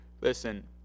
listen